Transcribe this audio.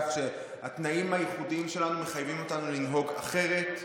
כך שהתנאים הייחודיים שלנו מחייבים אותנו לנהוג אחרת.